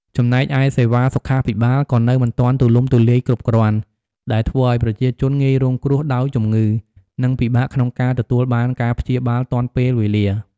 ចំណែកឯសេវាសុខាភិបាលក៏នៅមិនទាន់ទូលំទូលាយគ្រប់គ្រាន់ ដែលធ្វើឱ្យប្រជាជនងាយរងគ្រោះដោយជំងឺ និងពិបាកក្នុងការទទួលបានការព្យាបាលទាន់ពេលវេលា។